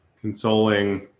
consoling